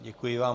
Děkuji vám.